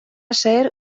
ser